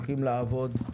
הולכים לעבוד,